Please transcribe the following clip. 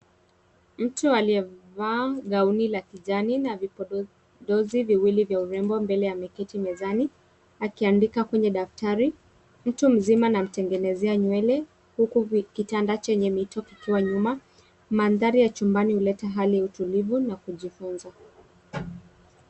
Mtu aliyevaa gauni la kijani na vipodozi viwili vya urembo mbele ameketi mezani, akiandika kwenye daftari. Mtu mzima anamtengenezea nywele, huku kitanda chenye mito kikiwa nyuma. Mandhari ya chumbani huleta hali utulivu, na kujifunza.